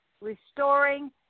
restoring